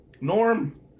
Norm